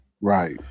Right